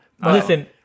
Listen